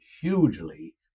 hugely